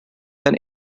than